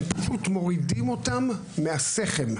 הם פשוט מורידים אותם מהסֶכֶם,